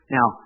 Now